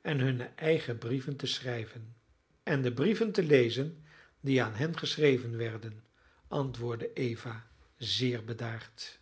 en hunne eigen brieven te schrijven en de brieven te lezen die aan hen geschreven werden antwoordde eva zeer bedaard